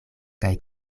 kaj